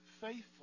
faithful